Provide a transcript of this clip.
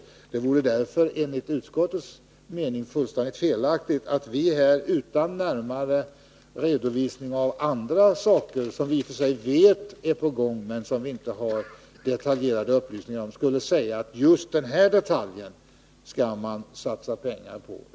Det vore därför enligt utskottets mening fullständigt felaktigt att vi här utan närmare redovisning av andra saker, som vi i och för sig vet är på gång men som vi inte har detaljerade upplysningar om, skulle säga att just denna detalj skall man satsa pengar på.